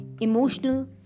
emotional